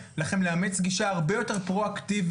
לאמץ גישה הרבה יותר פרואקטיבית,